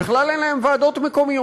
בכלל אין להם ועדות מקומיות.